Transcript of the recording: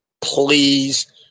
please